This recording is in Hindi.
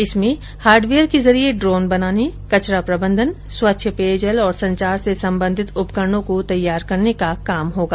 इसमें हार्डवेयर के जरिये ड्रोन बनाने कचरा प्रबंधन स्वच्छ पेयजल और संचार से संबंधित उपकरणों को तैयार करने का काम होगा